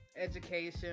education